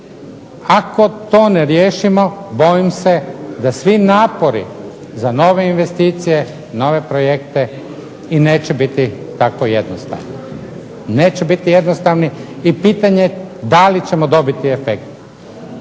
Ako to ne riješimo bojim se da svi napori za nove investicije, nove projekte i neće biti tako jednostavno, neće biti jednostavni i pitanje da li ćemo dobiti efekt.